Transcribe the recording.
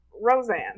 Roseanne